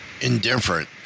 indifferent